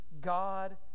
God